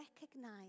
recognize